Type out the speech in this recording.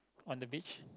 on the beach